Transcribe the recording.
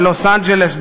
בלוס-אנג'לס,